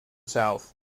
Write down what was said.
south